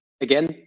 again